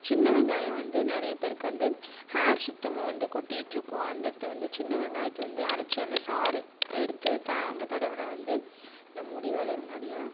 சின்ன வெங்காயம் வந்து நிறைய பேருக்கு வந்து ஹேர் சுத்தமாக வந்து கொட்டிட்டுருக்கும் அந்த இடத்த வந்து சின்ன வெங்காயத்தை வந்து அரைச்சி அந்த சாறு எடுத்து தா அங்கே தடவினா வந்து முடி வளரும் நிறையா